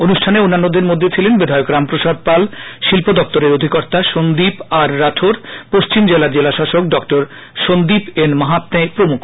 অনুষ্ঠানে অন্যান্যদের মধ্যে ছিলেন বিধায়ক রামপ্রসাদ পাল শিল্প দপ্তরের অধিকর্তা সন্দীপ আর রাঠোর পশিম জেলার জেলা শাসক ড সন্দীপ এন মাহাত্মে প্রমুখ